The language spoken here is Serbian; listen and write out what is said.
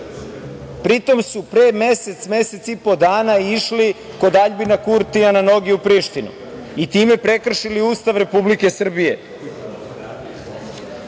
Pri tome su pre mesec, mesec i po dana išli kod Aljbina Kurtija na noge u Prištinu i time prekršili Ustav Republike Srbije.